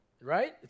right